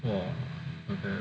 !wah! okay